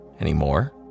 Anymore